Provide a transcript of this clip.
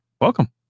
Welcome